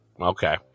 Okay